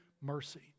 mercy